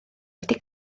wedi